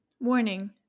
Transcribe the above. Warning